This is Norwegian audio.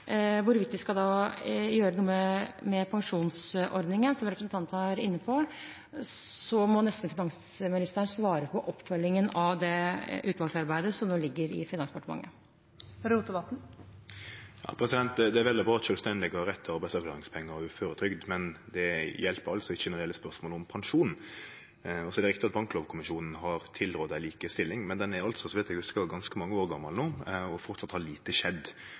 skal gjøre noe med pensjonsordningen, som representanten var inne på, må nesten finansministeren svare på i forbindelse med oppfølgingen av det utvalgsarbeidet som nå ligger i Finansdepartementet. Det er vel og bra at sjølvstendig næringsdrivande har rett til arbeidsavklaringspengar og uføretrygd, men det hjelper ikkje når det gjeld spørsmålet om pensjon. Det er riktig at Banklovkommisjonen har tilrådd ei likestilling, men han er, så vidt eg hugsar, ganske mange år gamal no, og framleis har lite skjedd.